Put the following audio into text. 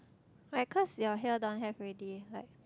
right cause your here don't have already like